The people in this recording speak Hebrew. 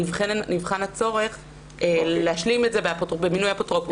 נבחן הצורך להשלים את זה במינוי אפוטרופוס.